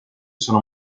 sono